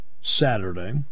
Saturday